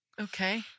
Okay